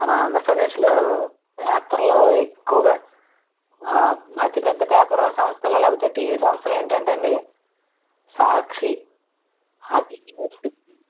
మన ఆంధ్రప్రదేశ్లో పేపర్లో ఎక్కువగా అతిపెద్ద పేపరు సంస్థలు లేకపోతే టీవీ సంస్థలు ఏంటంటే అండి సాక్షి